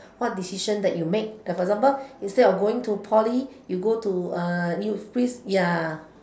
what decision that you make like for example instead of going to poly you go to ya